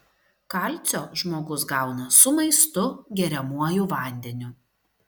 kalcio žmogus gauna su maistu geriamuoju vandeniu